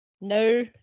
no